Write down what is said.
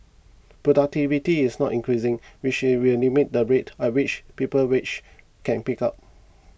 productivity is not increasing which will limit the rate at which people's wages can pick up